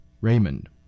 Raymond